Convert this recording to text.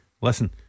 Listen